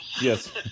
Yes